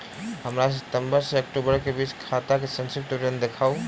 हमरा सितम्बर सँ अक्टूबर केँ बीचक खाता केँ संक्षिप्त विवरण देखाऊ?